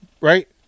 Right